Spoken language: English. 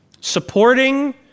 supporting